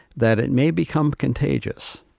that it may become contagious.